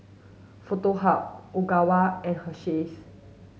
Foto Hub Ogawa and Hersheys